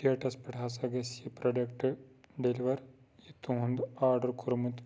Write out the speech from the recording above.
ڈیٹَس پٮ۪ٹھ ہَسا گَژھہِ یہٕ پروڈَکٹ ڈیٚلِوَر یہِ تُہنٛد آرڈَر کوٚرمُت